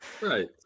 Right